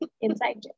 inside